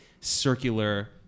circular